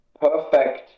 perfect